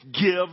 give